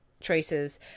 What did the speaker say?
choices